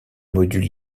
modules